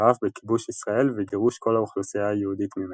ערב בכיבוש ישראל וגירוש כל האוכלוסייה היהודית ממנה.